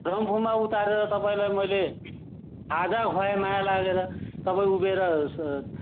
रम्फूमा उतारेर तपाईँलाई मैले खाजा खुवाएँ माया लागेर तपाईँ उभिएर